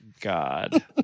god